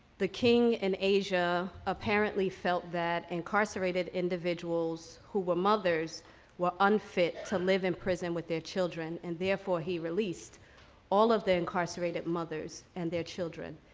the king in asia apparently felt that incarcerated individuals who were mothers were unfit to live in prison with their children. and therefore, he released all of the incarcerated mothers and their children.